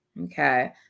Okay